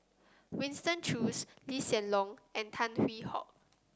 Winston Choos Lee Hsien Loong and Tan Hwee Hock